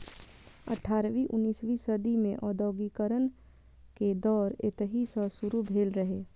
अठारहवीं उन्नसवीं सदी मे औद्योगिकीकरण के दौर एतहि सं शुरू भेल रहै